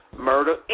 Murder